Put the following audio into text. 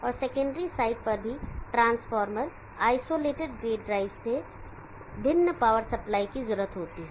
और secondary side पर भी ट्रांसफार्मर आइसोलेटेड गेट ड्राइव से भिन्न पावर सप्लाई की जरूरत होती है